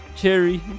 cherry